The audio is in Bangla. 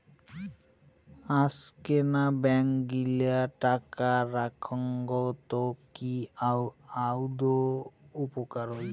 আজকেনা ব্যাঙ্ক গিলা টাকা রাখঙ তো কি আদৌ উপকার হই?